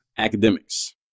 Academics